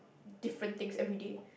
different things everyday